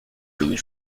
louis